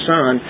Son